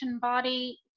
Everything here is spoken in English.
body